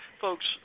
folks